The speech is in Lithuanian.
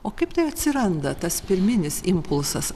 o kaip tai atsiranda tas pirminis impulsas